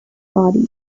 body